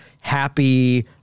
happy